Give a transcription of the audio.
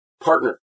partner